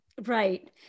Right